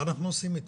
מה אנחנו עושים איתו?